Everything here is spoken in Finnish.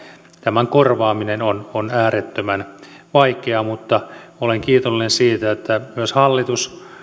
tämän korvaaminen on on äärettömän vaikeaa mutta olen kiitollinen siitä että myös hallitus